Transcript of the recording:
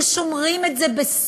היו שומרים את זה בסוד,